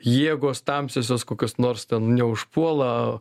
jėgos tamsiosios kokios nors neužpuola